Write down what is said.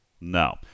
No